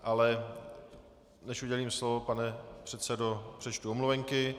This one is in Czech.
Ale než udělím slovo, pane předsedo, přečtu omluvenky.